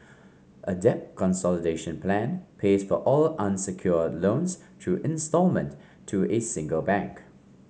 a debt consolidation plan pays for all unsecured loans through instalment to a single bank